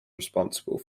responsible